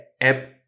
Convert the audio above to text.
app